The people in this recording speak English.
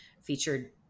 featured